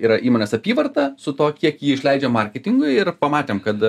yra įmonės apyvarta su tuo kiek ji išleidžia marketingui ir pamatėm kad